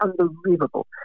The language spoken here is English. unbelievable